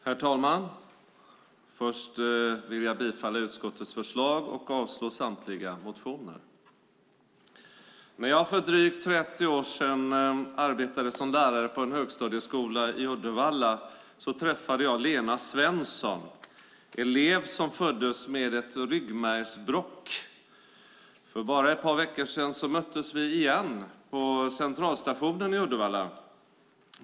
Herr talman! Först vill jag yrka bifall till utskottets förslag och avslag på samtliga motioner. När jag för drygt 30 år sedan arbetade som lärare på en högstadieskola i Uddevalla träffade jag Lena Svensson, en elev som föddes med ett ryggmärgsbråck. För bara ett par veckor sedan möttes vi igen på Centralstationen i Uddevalla.